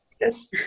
Yes